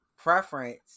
Preference